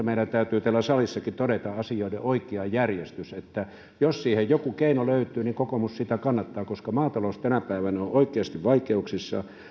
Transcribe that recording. meidän täytyy täällä salissakin todeta asioiden oikea järjestys että jos siihen joku keino löytyy niin kokoomus sitä kannattaa koska maatalous tänä päivänä on oikeasti vaikeuksissa